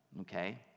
okay